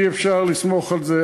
אי-אפשר לסמוך על זה,